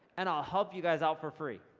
and i'll help you guys out for free.